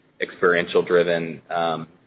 experiential-driven